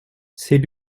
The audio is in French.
c’est